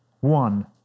one